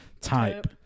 type